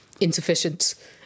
insufficient